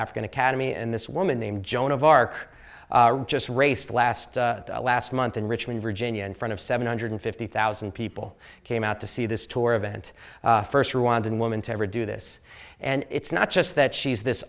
african academy and this woman named joan of arc just raced last last month in richmond virginia in front of seven hundred fifty thousand people came out to see this tour event first rwandan woman to ever do this and it's not just that she's this